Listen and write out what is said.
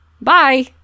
Bye